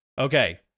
Okay